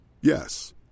Yes